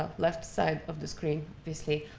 ah left side of the screen, obviously,